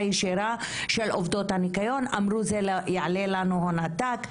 הישירה של עובדות הניקיון והן אמרו "זה יעלה לנו הון עתק",